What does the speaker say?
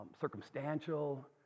circumstantial